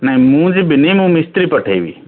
ନାଇଁ ମୁଁ ଯିବିନି ମୁଁ ମିସ୍ତ୍ରୀ ପଠାଇବି